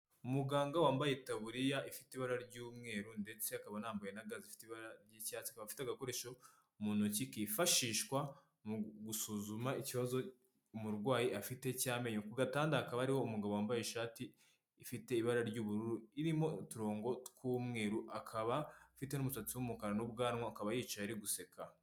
Umuganga wambaye iburiya ifite ibara ry'umweru ndetse akaba yambaye naga zifite ibara ry'icyatsi, aka afite agakoresho mu ntoki kifashishwa mu gusuzuma ikibazo umurwayi afite cy'amenyo ku gatanda akaba ariho umugabo wambaye ishati ifite ibara ry'ubururu irimo uturongo tw'umweru akaba afite n'umusatsi w'umukara n'ubwanwa akaba yicaye ari guseka.